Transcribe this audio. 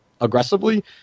aggressively